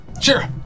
Sure